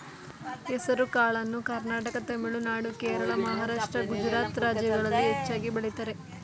ಹೆಸರುಕಾಳನ್ನು ಕರ್ನಾಟಕ ತಮಿಳುನಾಡು, ಕೇರಳ, ಮಹಾರಾಷ್ಟ್ರ, ಗುಜರಾತ್ ರಾಜ್ಯಗಳಲ್ಲಿ ಹೆಚ್ಚಾಗಿ ಬೆಳಿತರೆ